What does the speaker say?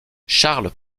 charles